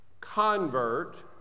Convert